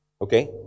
Okay